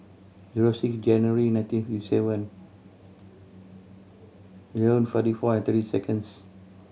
zero six January nineteen fifty Seven Eleven forty four and thirty seconds